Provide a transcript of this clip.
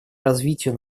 развитию